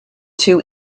two